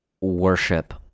worship